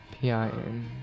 p-i-n